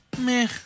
Meh